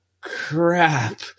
crap